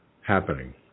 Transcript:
happening